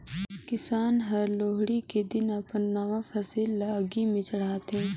किसान हर लोहड़ी के दिन अपन नावा फसिल ल आगि में चढ़ाथें